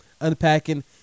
unpacking